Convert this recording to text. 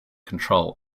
control